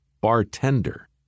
bartender